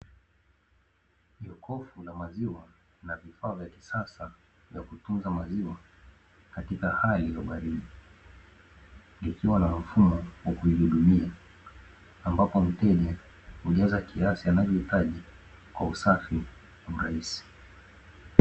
Jokofu la maziwa na vifaa vya kisasa vya kutunza maziwa katika hali ya ubaridi, likiwa na mfumo wa kujihudumia ambapo mteja hujaza kiasi anachohitaji kwa usafi na urahisi.